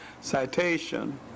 citation